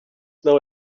know